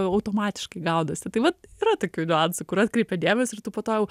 automatiškai gaunasi tai vat yra tokių niuansų kur atkreipia dėmesį ir tu po to jau